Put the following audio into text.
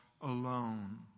alone